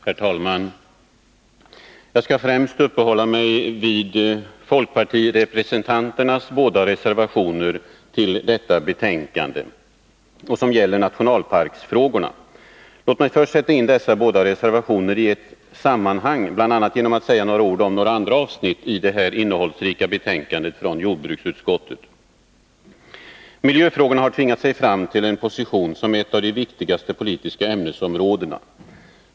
Herr talman! Jag skall främst uppehålla mig vid de båda reservationerna som folkpartirepresentanterna avgivit till detta betänkande och som gäller nationalparksfrågorna. Låt mig först sätta in dessa båda reservationer i ett sammanhang, bl.a. genom att säga några ord om några andra avsnitt i det här innehållsrika betänkandet från jordbruksutskottet. Miljöfrågorna har tvingat sig fram till en position som ett av de viktigaste politiska ämnesområdena.